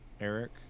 Eric